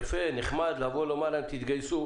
יפה, נחמד לבוא לומר להם "תתגייסו".